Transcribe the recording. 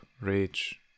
Rage